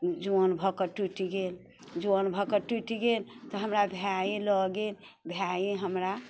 जुआन भऽ कऽ टूटि गेल जुआन भऽकऽ टूटि गेल तऽ हमरा भाये लऽ गेल भाये हमरा